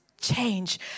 change